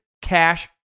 cash